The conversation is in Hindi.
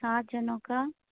सात जनों का